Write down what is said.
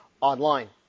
online